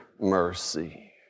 mercy